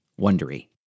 Wondery